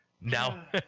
Now